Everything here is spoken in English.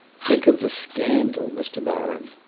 think of the scandal, mr. baron.